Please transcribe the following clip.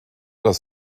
das